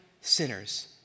sinners